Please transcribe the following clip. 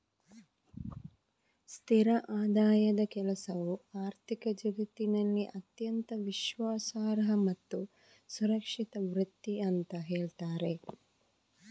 ಸ್ಥಿರ ಆದಾಯದ ಕೆಲಸವು ಆರ್ಥಿಕ ಜಗತ್ತಿನಲ್ಲಿ ಅತ್ಯಂತ ವಿಶ್ವಾಸಾರ್ಹ ಮತ್ತು ಸುರಕ್ಷಿತ ವೃತ್ತಿ ಅಂತ ಹೇಳ್ತಾರೆ